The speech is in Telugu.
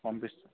పంపిస్తాను